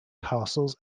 castles